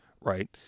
right